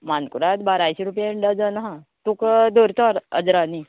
मानकुराद बाराशे रुपया डजन आहा तुका धरता हजरांनी